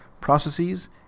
processes